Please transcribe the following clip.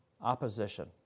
opposition